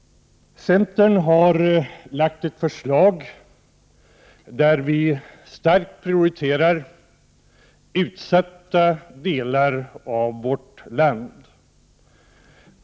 Centern har lagt fram ett förslag där vi starkt prioriterar utsatta delar av vårt land.